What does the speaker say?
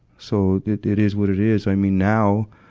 so, it, it is what it is. i mean now,